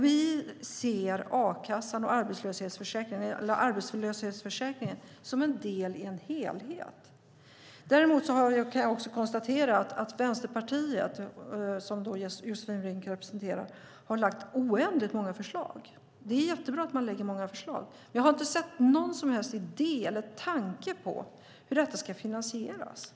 Vi ser arbetslöshetsförsäkringen som en del i en helhet. Däremot kan jag också konstatera att Vänsterpartiet, som Josefin Brink representerar, har lagt fram oändligt många förslag. Det är jättebra att man lägger fram många förslag, men jag har inte sett någon som helst idé eller tanke på hur detta ska finansieras. : Jodå!)